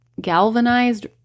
galvanized